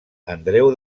andreu